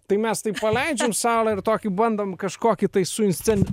tai mes tai paleidžiam saule ir tokį bandom kažkokį tai suinscen